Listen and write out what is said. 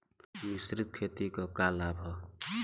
मिश्रित खेती क का लाभ ह?